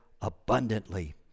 abundantly